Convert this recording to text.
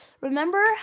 Remember